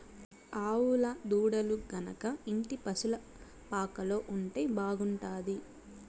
ఆవుల దూడలు గనక ఇంటి పశుల పాకలో ఉంటే బాగుంటాది